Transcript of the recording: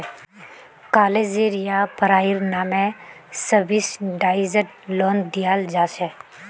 कालेजेर या पढ़ाईर नामे सब्सिडाइज्ड लोन दियाल जा छेक